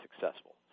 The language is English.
successful